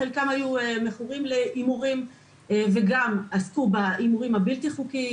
חלקם היו מכורים להימורים וגם עסקו בהימורים הבלתי חוקיים.